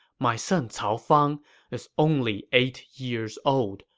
my son cao fang is only eight years old,